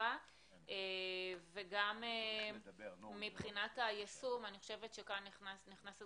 חשובה וגם מבחינת היישום, אני חושבת שכאן נכנסת